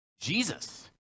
Jesus